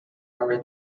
hours